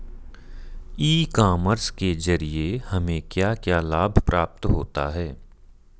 ई commerce के ज़रिए हमें क्या क्या लाभ प्राप्त होता है?